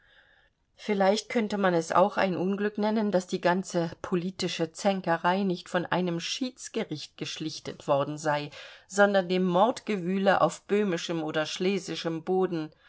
vielleicht könnte man es auch ein unglück nennen daß die ganze politische zänkerei nicht von einem schiedsgericht geschlichtet worden sei sondern dem mordgewühle auf böhmischem oder schlesischem boden